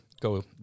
go